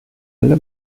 alle